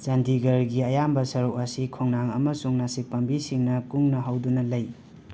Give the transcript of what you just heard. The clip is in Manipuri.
ꯆꯥꯟꯗꯤꯒꯔꯒꯤ ꯑꯌꯥꯝꯕ ꯁꯔꯨꯛ ꯑꯁꯤ ꯈꯣꯡꯅꯥꯡ ꯑꯃꯁꯨꯡ ꯅꯥꯁꯤꯛ ꯄꯥꯝꯕꯤꯁꯤꯡꯅ ꯀꯨꯡꯅ ꯍꯧꯗꯨꯅ ꯂꯩ